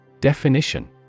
Definition